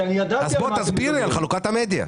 כי אני ידעתי --- אז תסביר על חלוקת המדיה.